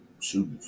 shoot